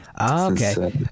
Okay